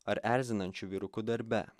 ar erzinančių vyrukų darbe